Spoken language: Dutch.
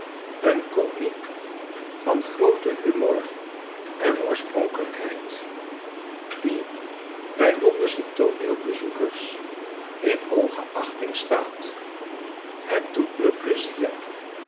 een komiek van grooten humor en oorspronkelijkheid die bij londensche tooneelbezoekers in hooge achting staat het doet me pleizier